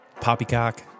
poppycock